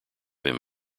him